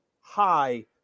high